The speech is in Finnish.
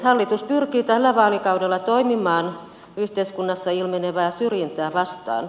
hallitus pyrkii tällä vaalikaudella toimimaan yhteiskunnassa ilmenevää syrjintää vastaan